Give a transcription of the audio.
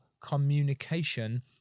communication